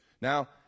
Now